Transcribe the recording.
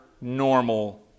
normal